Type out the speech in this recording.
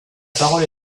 parole